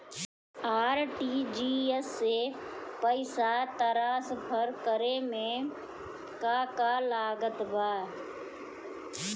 RTGS से पईसा transfer करे मे का का लागत बा?